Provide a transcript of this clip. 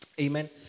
amen